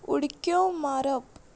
उडक्यो मारप